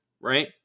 right